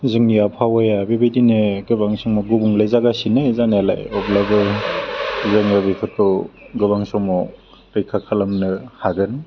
जोंनि आबहावाया बेबायदिनो गोबां समाव गुबुंले जागासिनो जानायालाय अब्लाबो जोङो बेफोरखौ गोबां समाव रैखा खालामनो हागोन